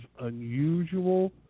unusual